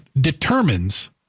determines